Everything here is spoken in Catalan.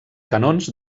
canons